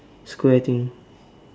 Square thing